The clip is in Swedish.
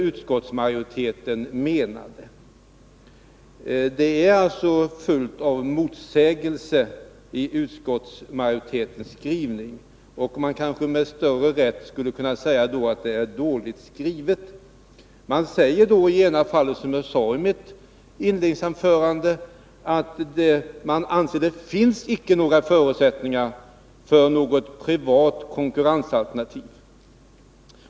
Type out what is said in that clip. Utskottsmajoritetens skrivning är alltså full av motsägelser, och man kanske med större rätt skulle kunna säga att det hela är dåligt skrivet. Man säger i det ena fallet, som jag påvisade i mitt anförande, att man anser att det inte finns några förutsättningar för något privat konkurrensalternativ.